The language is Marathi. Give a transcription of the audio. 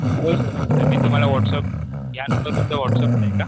हो सर हो सर मी तुम्हाला व्हॉट्सअप या नंबर तुमचा व्हॉट्सअपचा आहे का